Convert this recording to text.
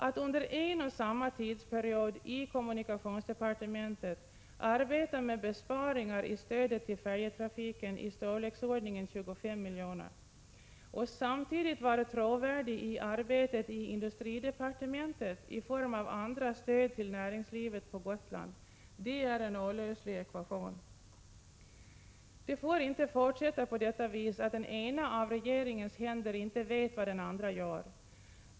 Att under en och samma tidsperiod i kommunikationsdepartementet arbeta med besparingar i stödet till färjetrafiken i storleksordningen 25 miljoner och samtidigt vara trovärdig i arbetet i industridepartementet med andra former av stöd till näringslivet på Gotland, är en olöslig ekvation. Det får inte fortsätta på detta vis, att den ena av regeringens händer inte vet vad den andra gör.